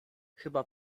chyba